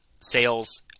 sales